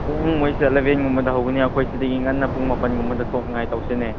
ꯄꯨꯡ ꯃꯣꯏꯁꯦ ꯑꯦꯂꯦꯟꯒꯨꯝꯕꯗ ꯍꯧꯒꯅꯤ ꯑꯩꯈꯣꯏ ꯁꯤꯗꯒꯤ ꯉꯟꯅ ꯄꯨꯡ ꯃꯥꯄꯟꯒꯨꯝꯕꯗ ꯊꯣꯛꯅꯡꯉꯥꯏ ꯇꯧꯁꯤꯅꯦ